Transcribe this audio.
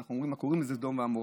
אנחנו קוראים לזה "סדום ועמורה".